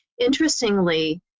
interestingly